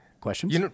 Questions